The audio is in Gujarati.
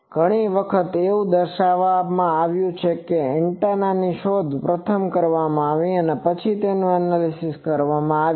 ઘણી વખત એવું દર્શાવવામાં આવ્યું છે કે એન્ટેનાની શોધ પ્રથમ કરવામાં આવી છે અને તે પછી તેનુ એનાલિસીસ આવે છે